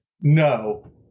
no